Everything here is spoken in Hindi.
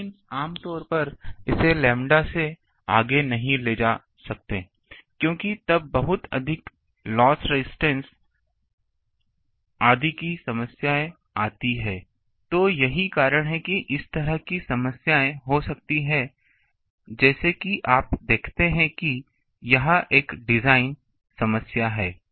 लेकिन आम तौर पर इसे लैम्ब्डा से आगे नहीं ले जाते हैं क्योंकि तब बहुत अधिक लॉस रेजिस्टेंस आदि की समस्याएं आती हैं तो यही कारण है कि इस तरह की समस्याएं हो सकती हैं जैसे कि आप देखते हैं कि यह एक डिजाइन समस्या है